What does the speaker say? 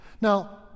Now